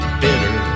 bitter